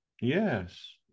yes